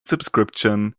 subscription